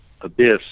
abyss